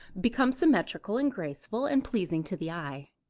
become symmetrical and graceful and pleasing to the eye.